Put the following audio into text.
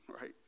right